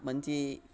మంచి